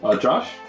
Josh